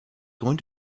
going